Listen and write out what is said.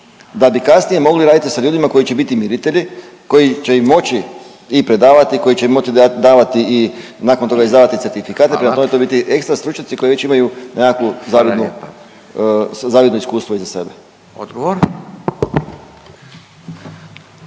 da bi kasnije mogli raditi sa ljudima koji će biti miritelji, koji će moći i predavati, koji će moći davati i nakon toga izdavati certifikate. …/Upadica Radin: Hvala./… Prema tome, to moraju biti ekstra stručnjaci koji već imaju nekakvo zavidno iskustvo iza sebe. **Radin,